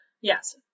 Yes